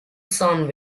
sound